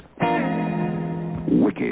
wicked